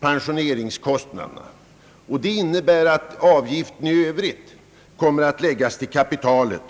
pensioneringskostnaderna, och det innebär att avgiften ograverat kommer att läggas till kapitalet.